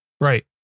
Right